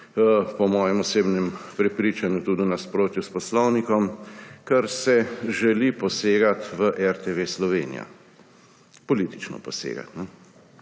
po mojem osebnem prepričanju tudi v nasprotju s poslovnikom, ker se želi posegati v RTV Slovenija, politično posegati.